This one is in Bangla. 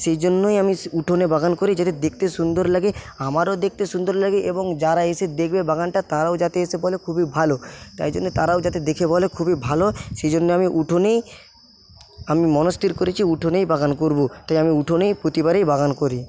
সেইজন্যই আমি উঠোনে বাগান করি যাতে দেখতে সুন্দর লাগে আমারও দেখতে সুন্দর লাগে এবং যারা এসে দেখবে বাগানটা তারাও যাতে এসে বলে খুবই ভালো তাইজন্যে তারাও যাতে দেখে বলে খুবই ভালো সেইজন্য আমি উঠোনেই আমি মনস্থির করেছি উঠোনেই বাগান করবো তাই আমি উঠোনেই প্রতিবারেই বাগান করি